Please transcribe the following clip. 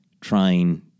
trying